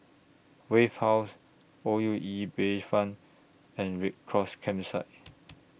Wave House O U E Bayfront and Red Cross Campsite